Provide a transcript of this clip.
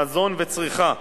מזון וצריכה,